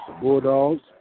Bulldogs